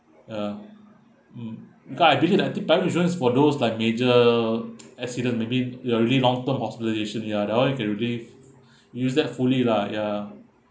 uh mm okay I believe I think buying insurance is for those like major accident maybe ya really long term hospitalisation ya that [one] you can really use that fully lah ya